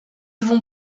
vont